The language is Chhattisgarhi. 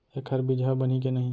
एखर बीजहा बनही के नहीं?